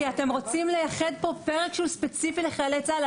כי אתם רוצים לייחס פה פרק שהוא ספציפי לחיילי צה"ל.